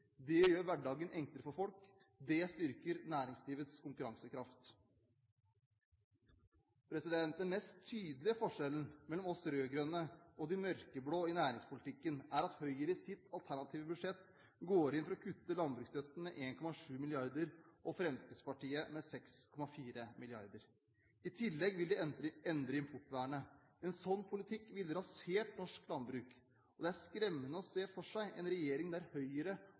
det gjør hverdagen enklere for folk, og det styrker næringslivets konkurransekraft. Den mest tydelige forskjellen mellom oss rød-grønne og de mørkeblå i næringspolitikken er at Høyres alternative budsjett går inn for å kutte i landbruksstøtten med 1,7 mrd. kr og Fremskrittspartiet med 6,4 mrd. kr. I tillegg vil de endre importvernet. En sånn politikk ville rasert norsk landbruk, og det er skremmende å se for seg en regjering der Høyre